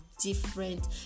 different